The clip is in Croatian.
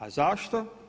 A zašto?